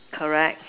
correct